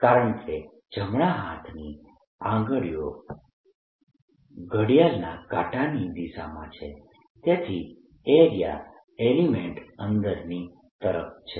કારણકે જમણા હાથની આંગળીઓ ઘડિયાળના કાંટાની દિશામાં છે તેથી એરિયા એલિમેન્ટ અંદરની તરફ છે